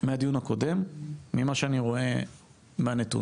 מהדיון הקודם, ממה שאני רואה מהנתונים,